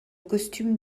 costume